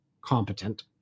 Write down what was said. competent